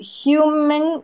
human